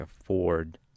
afford